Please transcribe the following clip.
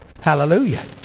Hallelujah